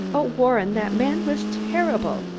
oh, warren, that man was terrible!